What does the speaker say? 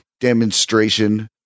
demonstration